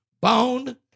bound